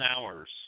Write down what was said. hours